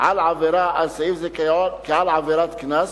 על עבירה על סעיף זה כעל עבירת קנס.